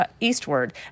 eastward